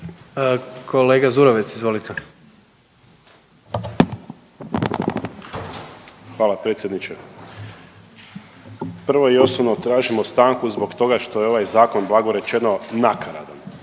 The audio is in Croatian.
**Zurovec, Dario (Fokus)** Hvala predsjedniče. Prvo i osnovno, tražimo stanku zbog toga što je ovaj zakon blago rečeno nakaradan.